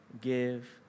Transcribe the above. give